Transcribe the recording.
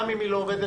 גם אם היא לא עובדת,